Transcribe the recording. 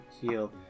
heal